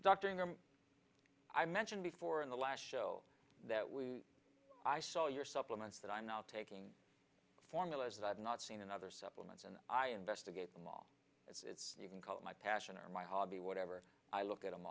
doctoring them i mentioned before in the last show that we i saw your supplements that i'm not taking formulas that i've not seen in other supplements and i investigate them long you can call it my passion or my hobby whatever i look at